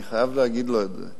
אני חייב להגיד לו את זה.